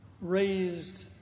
raised